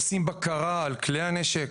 עושים בקרה על כלי הנשק,